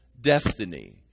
destiny